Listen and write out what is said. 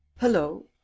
hello